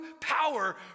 power